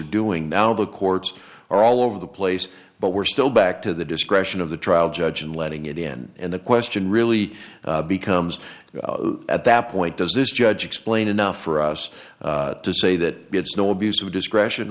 are doing now the courts are all over the place but we're still back to the discretion of the trial judge and letting it in and the question really becomes at that point does this judge explain enough for us to say that it's no abuse of discretion